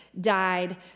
died